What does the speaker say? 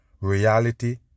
Reality